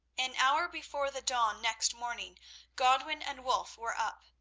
an hour before the dawn next morning godwin and wulf were up,